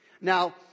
Now